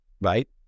right